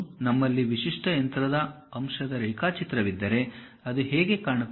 ನಮ್ಮಲ್ಲಿ ವಿಶಿಷ್ಟ ಯಂತ್ರದ ಅಂಶದ ರೇಖಾಚಿತ್ರವಿದ್ದರೆ ಅದು ಹೇಗೆ ಕಾಣುತ್ತದೆ